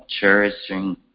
Cherishing